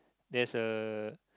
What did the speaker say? there's a